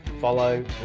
follow